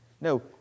No